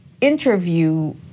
interview